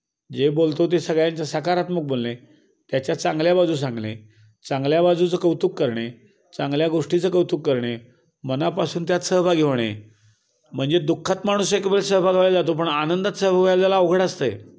जे बोलतो ते सगळ्यांचे सकारात्मक बोलणे त्याच्या चांगल्या बाजू सांगणे चांगल्या बाजूचं कौतुक करणे चांगल्या गोष्टीचं कौतुक करणे मनापासून त्यात सहभागी होणे म्हणजे दुःखात माणूस एक वेळ सहभाग व्हायला जातो पण आनंदात सहभाग व्हायला अवघड असतं आहे